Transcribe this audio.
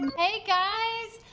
hey guys!